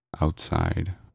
Outside